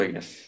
Yes